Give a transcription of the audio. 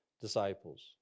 disciples